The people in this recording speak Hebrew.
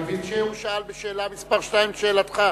אני מבין שהוא שאל בשאלה 2 את שאלתך,